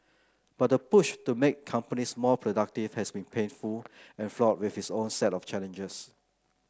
but the push to make companies more productive has been painful and fraught with its own set of challenges